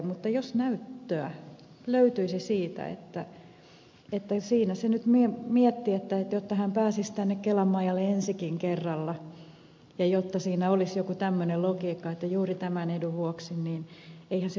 mutta jos näyttöä löytyisi siitä että siinä se nyt miettii että haluaa päästä kelan majalle ensi kerrallakin ja siinä olisi joku tämmöinen logiikka että toimii juuri tämän edun vuoksi niin eihän syyte ole poissuljettu